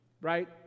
right